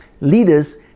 Leaders